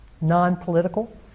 Non-political